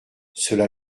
cela